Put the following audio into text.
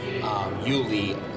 Yuli